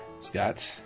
Scott